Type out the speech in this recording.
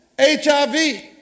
HIV